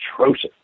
atrocious